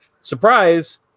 surprise